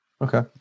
Okay